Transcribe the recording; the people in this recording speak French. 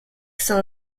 saint